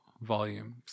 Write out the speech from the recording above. volumes